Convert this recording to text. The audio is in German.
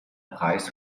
preis